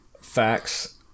facts